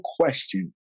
question